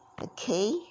Okay